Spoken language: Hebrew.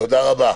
תודה רבה.